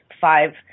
five